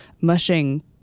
mushing